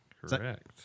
Correct